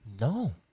No